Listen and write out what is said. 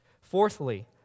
Fourthly